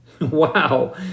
Wow